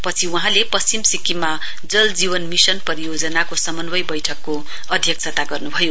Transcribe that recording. पछि वहाँले पश्चिम सिक्किममा जल जीवन मिशन परियोजनाको समन्वय वैठकको अध्यक्षता गर्न्भयो